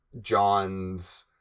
John's